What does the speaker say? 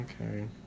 Okay